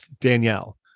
Danielle